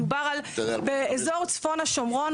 מדובר על אזור צפון השומרון,